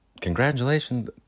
congratulations